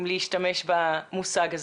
אם להשתמש במושג הזה.